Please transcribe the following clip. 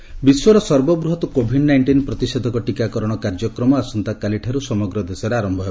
polio vaccine ବିଶ୍ୱର ସର୍ବବୃହତ୍ Covid nineteen ପ୍ରତିଷେଧକ ଟୀକାକରଣ କାର୍ଯ୍ୟକ୍ରମ ଆସନ୍ତାକାଲିଠାର୍ଚ ସମଗ୍ର ଦେଶରେ ଆରମ୍ଭ ହେବ